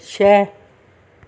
छह